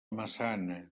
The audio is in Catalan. massana